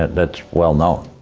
that's well known.